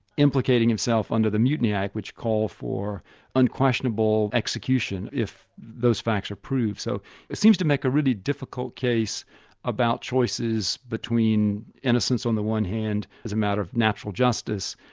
implicating himself under the mutiny act which called for unquestionable execution if those facts are proved. so it seems to make a really difficult case about choices between innocence on the one hand as a matter of natural justice,